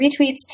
retweets